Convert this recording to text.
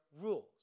rules